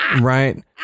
right